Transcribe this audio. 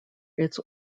its